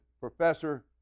professor